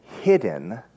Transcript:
hidden